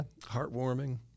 heartwarming